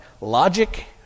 Logic